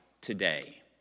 today